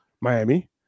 Miami